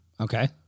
Okay